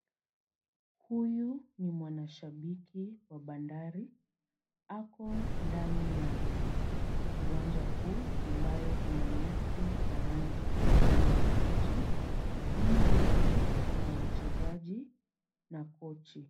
Huyu ni mwanashambiki wa Bandari. Ako ndani ya uwanja huu ambayo una nyasi kijani kimbichi. Nyuma yake kuna wachuuzi na kochi.